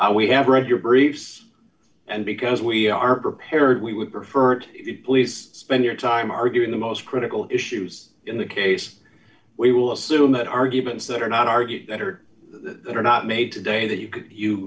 good we have read your briefs and because we are prepared we would refer to it please spend your time arguing the most critical issues in the case we will assume that arguments that are not argued that are that are not made today that you c